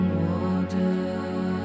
water